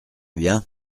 bien